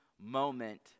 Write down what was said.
moment